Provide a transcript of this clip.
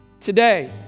today